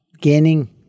gaining